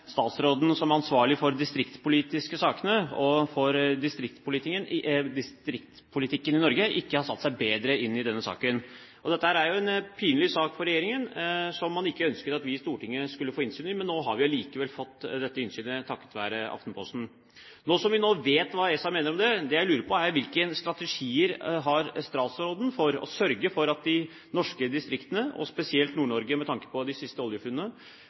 statsråden, som ansvarlig for de distriktspolitiske sakene og for distriktspolitikken i Norge, ikke har satt seg bedre inn i denne saken. Dette er jo en pinlig sak for regjeringen, en sak som man ikke ønsket at vi i Stortinget skulle få innsyn i. Nå har vi likevel fått dette innsynet, takket være Aftenposten. Nå som vi vet hva ESA mener om det, lurer jeg på hvilke strategier statsråden har for å sørge for at de norske distriktene – og spesielt Nord-Norge, med tanke på de siste oljefunnene